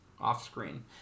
off-screen